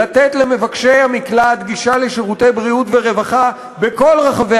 לתת למבקשי המקלט גישה לשירותי בריאות ורווחה בכל רחבי